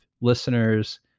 listeners